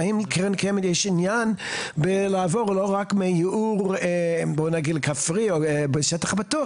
והאם לקרן הקיימת יש עניין בלעבור לא רק מייעור כפרי בשטח הפתוח,